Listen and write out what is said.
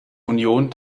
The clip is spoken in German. union